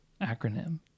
acronym